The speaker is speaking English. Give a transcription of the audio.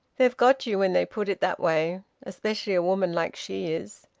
they've got you when they put it that way. especially a woman like she is!